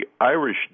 Irish